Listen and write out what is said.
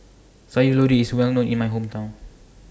Sayur Lodeh IS Well known in My Hometown